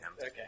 Okay